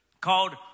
Called